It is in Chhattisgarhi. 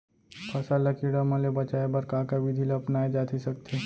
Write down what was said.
फसल ल कीड़ा मन ले बचाये बर का का विधि ल अपनाये जाथे सकथे?